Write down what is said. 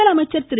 முதலமைச்சர் திரு